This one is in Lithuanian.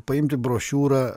paimti brošiūrą